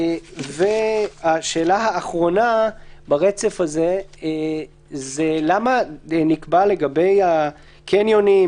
השאלה האחרונה ברצף הזה היא למה נקבע לגבי הקניונים,